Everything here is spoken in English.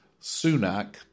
Sunak